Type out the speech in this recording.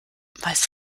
weiß